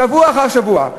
שבוע אחר שבוע.